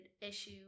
issue